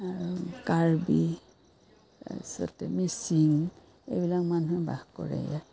আৰু কাৰ্বি তাৰপিছত মিচিং এইবিলাক মানুহ বাস কৰে ইয়াত